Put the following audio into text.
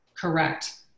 Correct